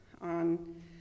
on